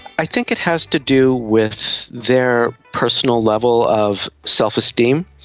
i think it has to do with their personal level of self-esteem.